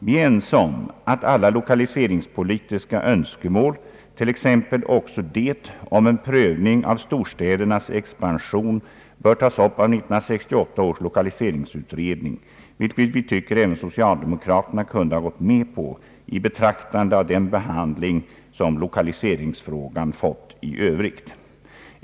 Vi är ense om att alla lokaliseringspolitiska önskemål, t.ex. också det om en prövning av storstädernas expansion, bör tas upp av 1968 års lokaliseringsutredning, vilket vi tycker att även socialdemokraterna kunde ha gått med på, i betraktande av den behandling som lokaliseringsfrågan fått i övrigt.